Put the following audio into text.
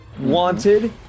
wanted